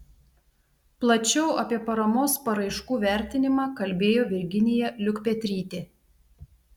plačiau apie paramos paraiškų vertinimą kalbėjo virginija liukpetrytė